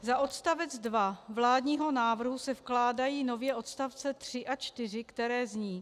Za odstavec 2 vládního návrhu se vkládají nově odstavce 3 a 4, které zní: